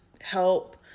help